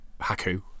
Haku